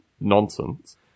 nonsense